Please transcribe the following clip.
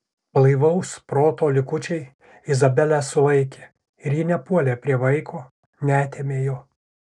blaivaus proto likučiai izabelę sulaikė ir ji nepuolė prie vaiko neatėmė jo